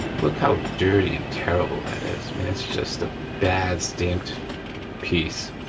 look how dirty and terrible that is. i mean, that's just a bad stamped piece,